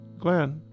Glenn